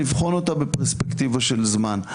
לבחון א ותה בפרספקטיבה של זמן.